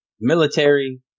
military